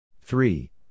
Three